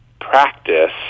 practice